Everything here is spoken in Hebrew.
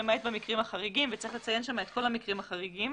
למעט במקרים החריגים וצריך לציין שם את כל המקרים החריגים.